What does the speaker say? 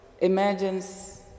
imagines